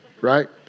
Right